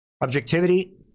objectivity